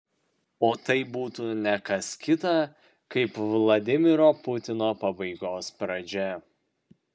o tai būtų ne kas kita kaip vladimiro putino pabaigos pradžia